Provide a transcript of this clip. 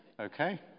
okay